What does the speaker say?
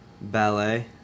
Ballet